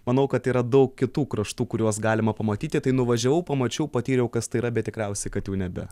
manau kad yra daug kitų kraštų kuriuos galima pamatyti tai nuvažiavau pamačiau patyriau kas tai yra bet tikriausiai kad jau nebe